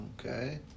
Okay